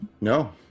No